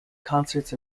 concerts